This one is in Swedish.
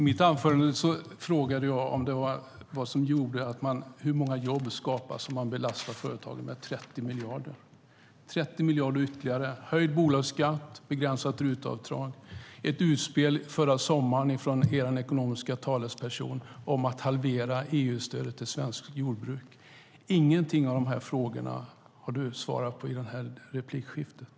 Herr talman! I mitt anförande frågade jag hur många jobb som skapas om man belastar företagen med 30 miljarder ytterligare i form av höjd bolagsskatt och begränsat RUT-avdrag. Och det kom ett utspel förra sommaren från er ekonomiska talesperson om att halvera EU-stödet till svenskt jordbruk. Carina Adolfsson Elgestam har inte svarat på några av de frågorna i det här replikskiftet.